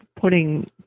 putting